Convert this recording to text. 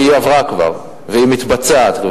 והיא עברה כבר, והיא מתבצעת.